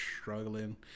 struggling